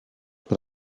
but